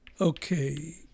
Okay